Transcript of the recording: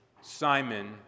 Simon